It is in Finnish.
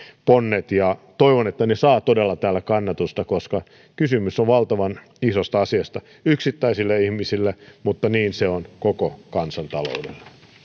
ponnet ja toivon että ne saavat todella täällä kannatusta koska kysymys on valtavan isosta asiasta yksittäisille ihmisille mutta niin se on koko kansantaloudelle